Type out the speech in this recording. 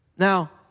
Now